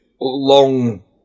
long